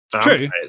true